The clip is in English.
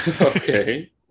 Okay